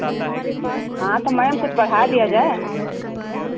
हाँ तो मैम कुछ बढ़ा दिया जाए